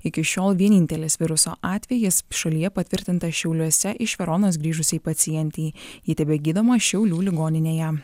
iki šiol vienintelis viruso atvejis šalyje patvirtintas šiauliuose iš veronos grįžusiai pacientei ji tebegydoma šiaulių ligoninę jam